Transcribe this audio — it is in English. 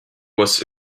was